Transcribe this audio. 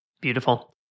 Beautiful